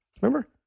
Remember